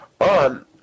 on